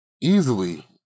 easily